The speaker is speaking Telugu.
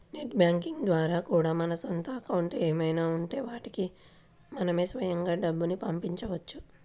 నెట్ బ్యాంకింగ్ ద్వారా కూడా మన సొంత అకౌంట్లు ఏమైనా ఉంటే వాటికి మనమే స్వయంగా డబ్బుని పంపవచ్చు